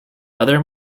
other